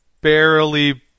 barely